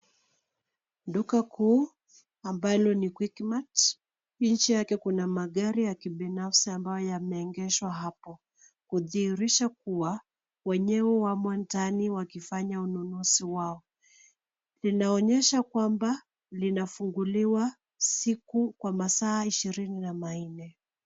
Duka kuu ambalo ni QuickMart nje yake kuna magari ya kibinafsi ambayo yameegeshwa hapo. Hudhihirisha kuwa wenyewe wamo ndani wakifanya ununuzi wao. Linaonyesha kwamba linafunguliwa siku kwa masaa ishirini na manne.